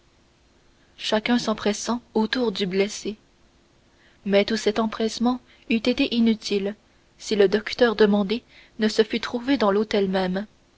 chacun s'empressant autour du blessé mais tout cet empressement eût été inutile si le docteur demandé ne se fût trouvé dans l'hôtel même